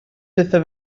pethau